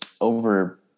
over